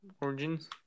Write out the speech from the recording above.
Origins